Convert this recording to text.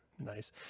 nice